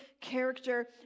character